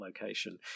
location